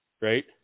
right